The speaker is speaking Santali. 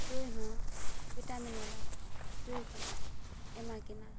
ᱥᱩᱭ ᱦᱚᱸ ᱵᱷᱤᱴᱟᱢᱤᱱ ᱵᱟᱞᱟ ᱥᱩᱭ ᱠᱚ ᱮᱢᱟᱠᱤᱱᱟᱹ